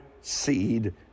seed